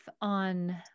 on